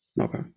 Okay